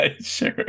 Sure